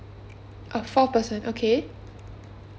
uh four person okay